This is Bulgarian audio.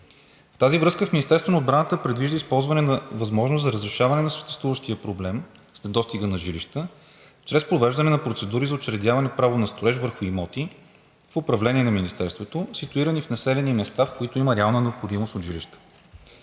В тази връзка Министерството на отбраната предвижда използване на възможност за разрешаване на съществуващия проблем с недостига на жилища чрез провеждане на процедури за учредяване право на строеж върху имоти в управление на Министерството, ситуирани в населени места, в които има реална необходимост от жилища.